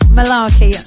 Malarkey